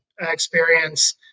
experience